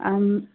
आं